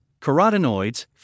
carotenoids